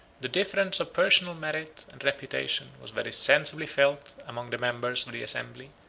the difference of personal merit and reputation was very sensibly felt among the members of the assembly,